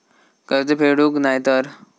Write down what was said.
कर्ज फेडूक नाय तर?